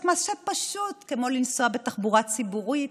מעשה פשוט כמו לנסוע בתחבורה ציבורית,